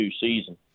season